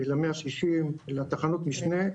ל-160, לתחנות משנה.